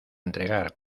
entregar